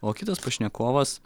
o kitas pašnekovas